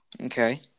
Okay